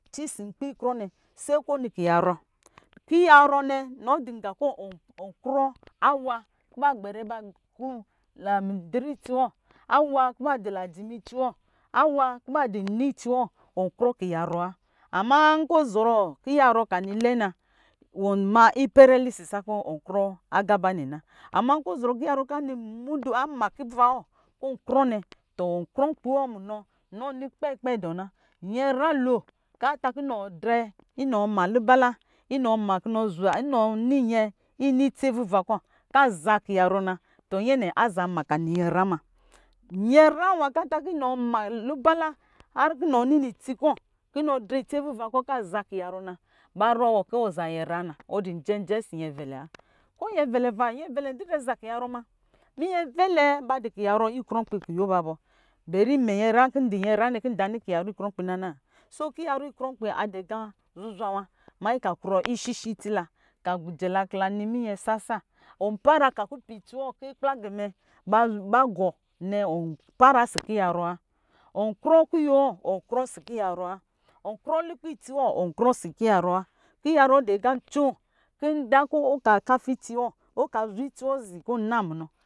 Ci ɔsɔ nkpi krɔ nɛ se kɔ ɔnu kiyarɔ, kiyarɔ nɛ inɔ du nga kɔ ɔn ɔnkrɔ awa kɔ ba gbɛrɛ ba ku ba du midziri itsi wɔ, awa kɔ ba du lajimi itsi wɔ awa kɔ ba dɔ ini itsi wɔ ɔnkrɔ kiyarɔ wa ama nkɔ ɔzɔrɔɔ kiyarɔ kɔ anu lɛɛ na wɔ ma ipɛrɛ lisi sakɔ ɔnkrɔ aga ba nɛ na ama nkɔ ɔzɔrɔ kiyarɔ kɔ ama kuva wɔ tɔ wɔu krɔ nkpi wɔ munɔ nɔ ni kpɛ kpɛ dɔɔ na nyɛnyra lo kɔ ata kɔ inɔ ma lubala inɔ ma kɔ ani nyɛ inɔ itsi avuva kɔ kɔ azaa kiyarɔ na tɔ nyɛnɛ aza ma kɔ anɔ nyɛnyra muna nyɛ nura nwa kɔ ataku inɔ nitsi avuva kɔ kɔ aza kiyarɔ na nyɛ nɛ aza ma lubala ma nyenyra wan kɔ atɔ kɔ inɔ ma labala kɔ inɔ nyɛ itsi avwakɔ kɔ ɔza kiya rɔ na ba rɔɔ kɔ ɔza nyznyra na wɔ jɛjɛ ɔsɔ nyɛvɛlɛ wa ko nyɛvɛlɛ pa nyɛvelɛ didrɛ ba dvkiyarɔ ikrɔ nkpi kuyo ba bɔ beri imɛ nyɛnyra kɔ ndɔ nyɛnyra nɛ kɔ rnɛ nza nɔ kiyarɔ izan krɔ nkpi nana? Kiyarɔ ikrɔnkpi adɔ aga zuzwa iva manyi kɔ akrɔ ishishe itsila kɔ ajɛla kɔ la nɔ muny ɛ sasa ɔnfara ka kupi itsi wɔ kɔ kpaglɛ mɛ pa pa gɔ nɛ ɔpara ɔsɔ kiya rɔ wa ɔnkrɔ kuyo wɔ ɔnkrɔ ɔsɔ kiyarɔ wa ɔnkrɔ lukpɛ itsi wɔ ɔn krɔ ɔsɔ kiyarɔ wa kiyarɔ nɔdɔ aga ancoo kɔ nkɔ ɔka fara itsi wɔ ɔka kafa itsi wɔ na murɔ